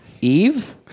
Eve